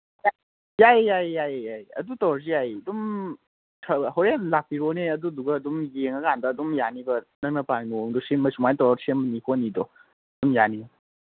ꯌꯥꯏꯌꯦ ꯌꯥꯏꯌꯦ ꯌꯥꯏꯌꯦ ꯑꯗꯨ ꯇꯧꯔꯁꯨ ꯌꯥꯏ ꯑꯗꯨꯝ ꯍꯣꯔꯦꯟ ꯂꯥꯛꯄꯤꯔꯣꯅꯦ ꯑꯗꯨꯗꯨꯒ ꯑꯗꯨꯝ ꯌꯦꯡꯉꯀꯥꯟꯗ ꯑꯗꯨꯝ ꯌꯥꯅꯤꯕ ꯅꯪꯅ ꯄꯥꯝꯃꯤ ꯃꯑꯣꯡꯗꯣ ꯁꯤꯃ ꯁꯨꯃꯥꯏꯅ ꯇꯧꯔ ꯁꯦꯝꯅꯤ ꯈꯣꯠꯅꯤꯗꯣ ꯑꯗꯨꯝ ꯌꯥꯅꯤ